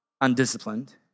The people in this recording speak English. undisciplined